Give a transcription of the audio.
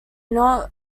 not